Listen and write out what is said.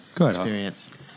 experience